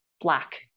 Black